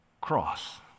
cross